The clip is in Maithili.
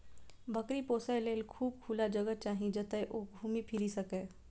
बकरी पोसय लेल खूब खुला जगह चाही, जतय ओ घूमि फीरि सकय